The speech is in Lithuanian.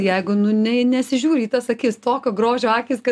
jeigu nu ne nesižiūri į tas akis tokio grožio akys kad